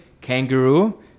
kangaroo